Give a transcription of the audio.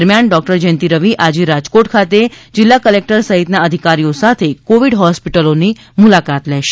દરમિયાન ડોક્ટર જયંતિ રવિ આજે રાજકોટ ખાતે જિલ્લા કલેકટર સહિતના અધિકારીઓ સાથે કોવિડ હોસ્પિટલોની મુલાકાત લેશે